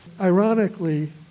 Ironically